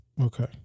Okay